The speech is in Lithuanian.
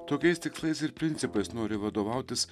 tokiais tikslais ir principais nori vadovautis